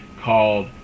called